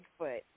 Bigfoot